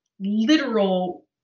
literal